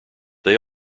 they